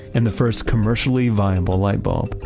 and the first commercially viable light bulb.